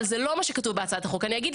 הצענו